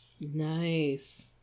Nice